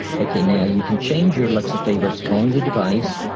okay now you can change your alexa favorites on the device.